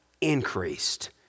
increased